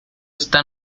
está